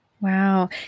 Wow